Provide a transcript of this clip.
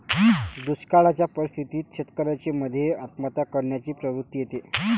दुष्काळयाच्या परिस्थितीत शेतकऱ्यान मध्ये आत्महत्या करण्याची प्रवृत्ति येते